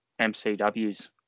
MCW's